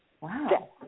Wow